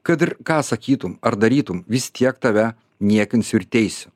kad ir ką sakytum ar darytum vis tiek tave niekinsiu ir teisiu